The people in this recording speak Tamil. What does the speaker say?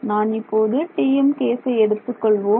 நான் இப்போது TM கேசை எடுத்துக் கொள்வோம்